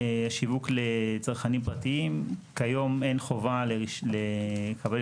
שיווק לצרכנים פרטיים: כיום אין חובה לקבל